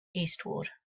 eastward